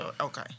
Okay